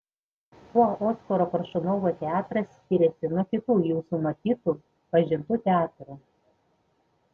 kuo oskaro koršunovo teatras skiriasi nuo kitų jūsų matytų pažintų teatrų